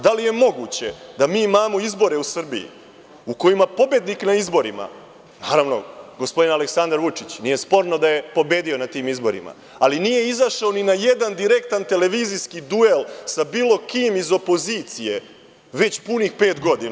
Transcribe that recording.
Da li je moguće da mi imamo izbore u Srbiji u kojima pobednik na izborima, naravno, gospodin Aleksandar Vučić, nije sporno da je pobedio na tim izborima, ali nije izašao ni na jedan direktan televizijski duel sa bilo kim iz opozicije već punih pet godina?